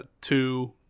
two